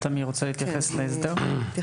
תמי, רוצה להתייחס להסדר?